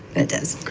it does